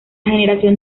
generación